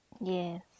Yes